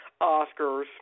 Oscars